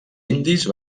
indis